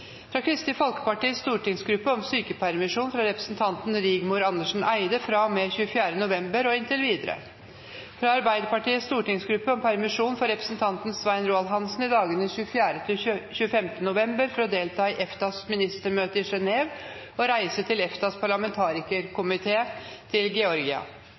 Fra Kristelig Folkepartis stortingsgruppe om sykepermisjon for representanten Rigmor Andersen Eide fra og med 24. november og inntil videre. Fra Arbeiderpartiets stortingsgruppe om permisjon for representanten Svein Roald Hansen i dagene 24. og 25. november for å delta i EFTA-ministermøte i Genève og reise med EFTA-parlamentarikerkomiteen til Georgia.